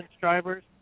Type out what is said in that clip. drivers